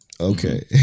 Okay